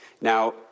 Now